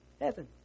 heaven